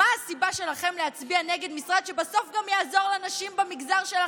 מה הסיבה שלכם להצביע נגד משרד שבסוף גם יעזור לנשים במגזר שלכם?